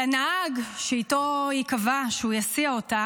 לנהג שאיתו היא קבעה שיסיע אותה